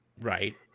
Right